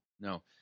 No